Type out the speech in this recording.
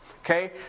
Okay